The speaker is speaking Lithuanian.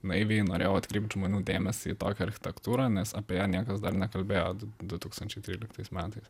naiviai norėjau atkreipt žmonių dėmesį į tokią architektūrą nes apie ją niekas dar nekalbėjo du tūkstančiai tryliktais metais